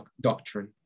doctrine